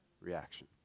reaction